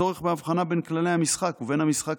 הצורך בהבחנה בין כללי המשחק ובין המשחק